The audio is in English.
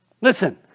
Listen